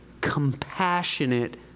compassionate